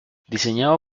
diseñado